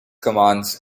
commands